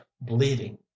bleeding